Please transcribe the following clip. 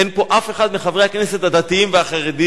אין פה אף אחד מחברי הכנסת הדתיים והחרדים